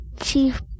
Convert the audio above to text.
Chief